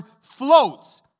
floats